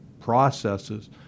processes